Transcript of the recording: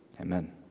Amen